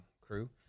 crew